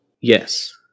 Yes